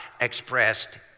expressed